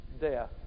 death